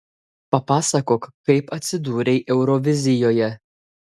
papasakok kaip atsidūrei eurovizijoje